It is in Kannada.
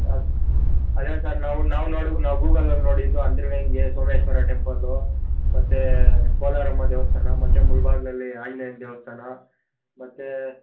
ಅದು ಅದೇ ಸರ್ ನಾವು ನಾವು ನೋಡು ನಾವು ಗೂಗಲಲ್ಲಿ ನೋಡಿದ್ದು ಅಂತರ ಗಂಗೆ ಸೋಮೇಶ್ವರ ಟೆಂಪಲ್ಲು ಮತ್ತೆ ಕೋಲಾರಮ್ಮ ದೇವಸ್ಥಾನ ಮತ್ತೆ ಮುಳಬಾಗ್ಲಲ್ಲಿ ಆಂಜ್ನೇಯನ ದೇವಸ್ಥಾನ ಮತ್ತೇ